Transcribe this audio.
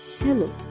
Hello